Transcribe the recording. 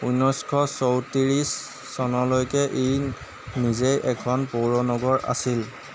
ঊনৈছশ চৌত্ৰিছ চনলৈকে ই নিজেই এখন পৌৰনগৰ আছিল